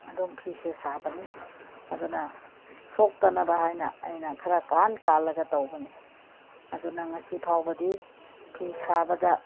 ꯑꯗꯨꯝ ꯐꯤꯁꯦ ꯁꯥꯕꯅꯤ ꯑꯗꯨꯅ ꯁꯣꯛꯇꯅꯕ ꯍꯥꯏꯅ ꯑꯩꯅ ꯈꯔ ꯀꯥꯟ ꯀꯥꯜꯂꯒ ꯇꯧꯕꯅꯤ ꯑꯗꯨꯅ ꯉꯁꯤ ꯐꯥꯎꯕꯗꯤ ꯐꯤ ꯁꯥꯕꯗ